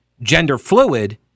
gender-fluid